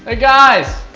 ah guys,